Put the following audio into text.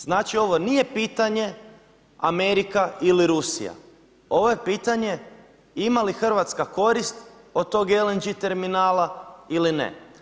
Znači ovo nije pitanje Amerika ili Rusija, ovo je pitanje ima li Hrvatska korist od tog LNG terminala ili ne.